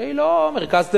שהיא לא מרכז תל-אביב,